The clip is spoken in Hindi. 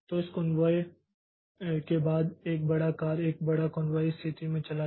तो इस कॉन्वाय के बाद यह बड़ा कार बड़ा कॉन्वाय इस स्थिति में चला गया